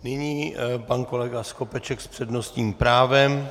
Nyní pan kolega Skopeček s přednostním právem.